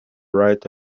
right